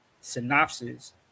synopsis